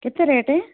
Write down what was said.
କେତେ ରେଟ୍